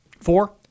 Four